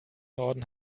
norden